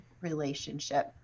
relationship